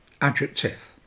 adjective